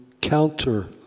counter